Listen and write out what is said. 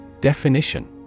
Definition